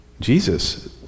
Jesus